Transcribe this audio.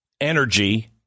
energy